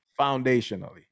foundationally